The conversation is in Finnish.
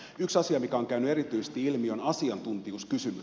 yksi asia mikä on käynyt erityisesti ilmi on asiantuntijuuskysymys